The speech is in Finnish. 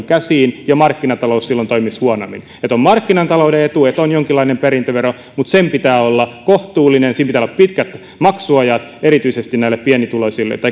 käsiin ja markkinatalous silloin toimisi huonommin on markkinatalouden etu että on jonkinlainen perintövero mutta sen pitää olla kohtuullinen ja siinä pitää olla pitkät maksuajat erityisesti näille